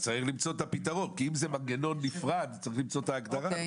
אז צריך למצוא את הפתרון כי אם זה מנגנון נפרד צריך למצוא את ההגדרה.